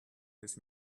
his